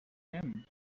him